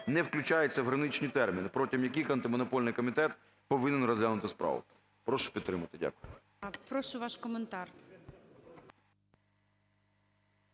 не включається в граничні терміни, протягом яких Антимонопольний комітет повинен розглянути справу. Прошу підтримати. Дякую. ГОЛОВУЮЧИЙ.